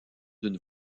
d’une